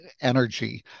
energy